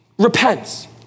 repents